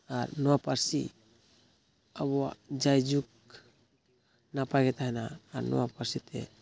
ᱟᱨ ᱱᱚᱣᱟ ᱯᱟᱹᱨᱥᱤ ᱟᱵᱚᱣᱟᱜ ᱡᱟᱭᱡᱩᱜᱽ ᱱᱟᱯᱟᱭᱜᱮ ᱛᱟᱦᱮᱱᱟ ᱟᱨ ᱱᱚᱣᱟ ᱯᱟᱹᱨᱥᱤ ᱛᱮ